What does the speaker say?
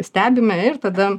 stebime ir tada